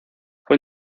fue